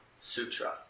Sutra